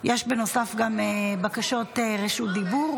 יש בנוסף גם בקשות רשות דיבור,